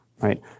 right